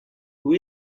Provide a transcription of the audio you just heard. who